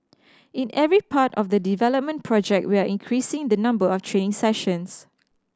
in every part of the development project we are increasing the number of training sessions